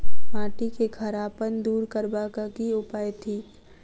माटि केँ खड़ापन दूर करबाक की उपाय थिक?